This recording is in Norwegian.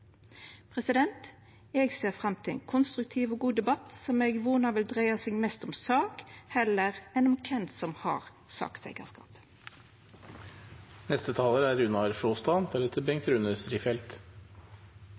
Eg ser fram til ein konstruktiv og god debatt som eg vonar vil dreia seg mest om sak, heller enn om kven som har